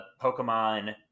Pokemon